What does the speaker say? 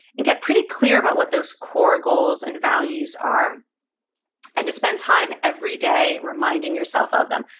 and get pretty clear about what those core goals and values are and to spend time every day reminding yourself of them.